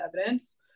evidence